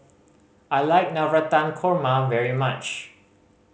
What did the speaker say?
I like Navratan Korma very much